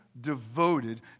devoted